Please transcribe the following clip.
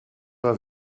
war